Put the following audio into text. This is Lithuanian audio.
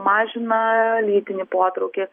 mažina lytinį potraukį